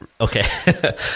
Okay